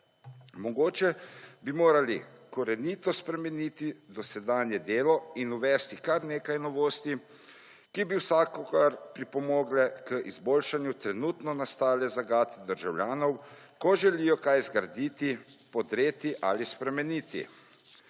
Mogoče bi morali korenito spremeniti dosedanje delo in uvesti, kar nekaj novosti, ki bi vsakogar pripomogle k izboljšanju trenutno nastale zagate državljanov, ko želijo kaj zgraditi, podpreti ali spremeniti.